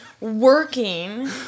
working